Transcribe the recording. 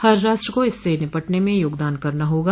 हर राष्ट्र को इससे निपटने में योगदान करना होगा